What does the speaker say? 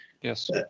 Yes